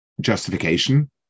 justification